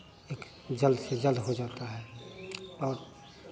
एक जल्द से जल्द हो जाता है